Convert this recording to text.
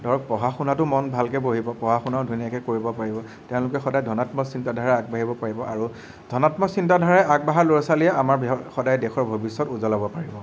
ধৰক পঢ়া শুনাটো মন ভালকৈ বহিব পঢ়া শুনাও ধুনীয়াকৈ কৰিব পাৰিব তেওঁলোকে সদায় ধনাত্মক চিন্তাধাৰা আগবাঢ়িব পাৰিব আৰু ধনাত্মক চিন্তাধাৰাই আগবাঢ়া ল'ৰা ছোৱালীয়ে আমাৰ বৃহৎ সদায় দেশৰ ভৱিষ্যত উজ্বলাব পাৰিব